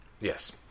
Yes